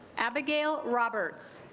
abigail robertson